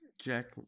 Jack